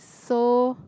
so